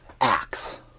acts